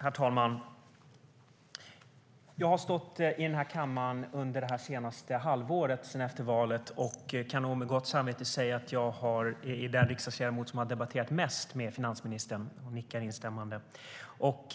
Herr talman! Jag kan med gott samvete säga att jag är den riksdagsledamot som under det senaste halvåret har debatterat mest med finansministern i den här kammaren. Hon nickar instämmande. Och